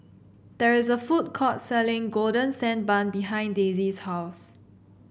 there is a food court selling Golden Sand Bun behind Daisy's house